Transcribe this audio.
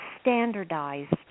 standardized